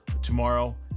tomorrow